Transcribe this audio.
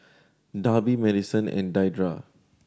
Darby Madyson and Deidra